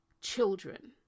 children